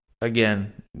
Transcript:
again